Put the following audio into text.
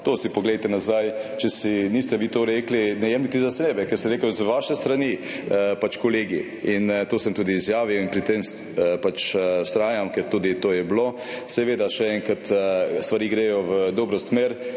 To si poglejte nazaj, če niste vi tega rekli, ne jemljite za sebe, ker sem rekel z vaše strani kolegi. To sem tudi izjavil in pri tem vztrajam, ker to je tudi bilo. Še enkrat, stvari gredo v dobro smer,